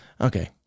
Okay